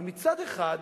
כי מצד אחד,